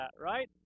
right